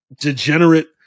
degenerate